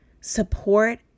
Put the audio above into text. support